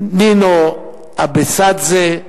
נינו אבסדזה,